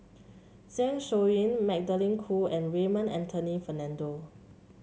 Zeng Shouyin Magdalene Khoo and Raymond Anthony Fernando